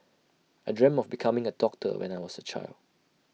I dreamt of becoming A doctor when I was A child